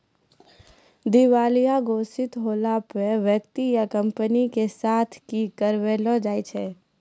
दिबालिया घोषित होला पे व्यक्ति या कंपनी के साथ कि करलो जाय छै?